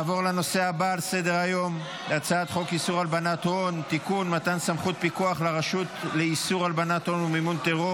13 בעד, 43 מתנגדים, אין נמנעים.